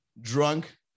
drunk